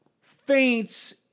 faints